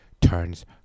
turns